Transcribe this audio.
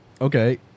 okay